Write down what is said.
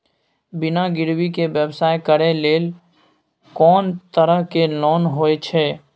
बिना गिरवी के व्यवसाय करै ले कोन तरह के लोन होए छै?